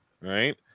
Right